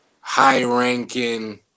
high-ranking